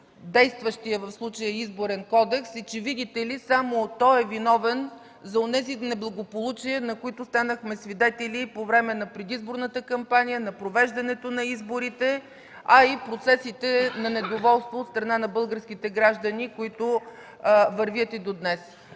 действащия в случая Изборен кодекс, че, видите ли, само той е виновен за онези неблагополучия, на които станахме свидетели по време на предизборната кампания, на провеждането на изборите, а и процесите на недоволство от страна на българските граждани, които вървят и до днес.